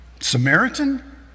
Samaritan